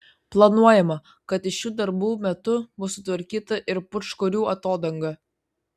planuojama kad šių darbų metu bus sutvarkyta ir pūčkorių atodanga